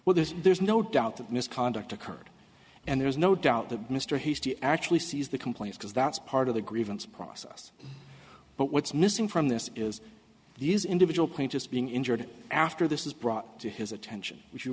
well there's there's no doubt that misconduct occurred and there's no doubt that mr he actually sees the complaint because that's part of the grievance process but what's missing from this is these individual claims just being injured after this is brought to his attention